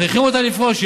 מכריחים אותה לפרוש.